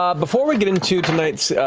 um before we get into tonight's